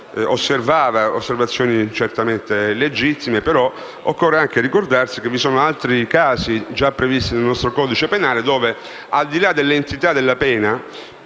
delle osservazioni certamente legittime, ma occorrerebbe ricordare che vi sono altri casi, già previsti dal nostro codice penale, in cui, al di là dell'entità della pena